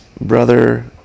Brother